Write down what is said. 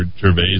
Gervais